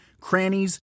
crannies